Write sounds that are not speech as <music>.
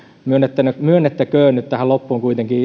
myönnettäköön myönnettäköön tähän loppuun kuitenkin <unintelligible>